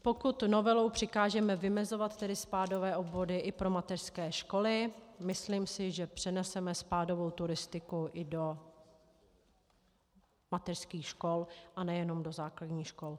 Pokud novelou přikážeme vymezovat spádové obvody i pro mateřské školy, myslím si, že přeneseme spádovou turistiku i do mateřských škol a nejenom do základních škol.